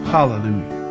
Hallelujah